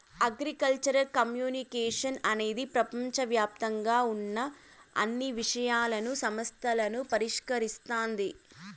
agricultural communication అనేది ప్రపంచవ్యాప్తంగా ఉన్న అన్ని విషయాలను, సమస్యలను పరిష్కరిస్తాది